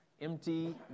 empty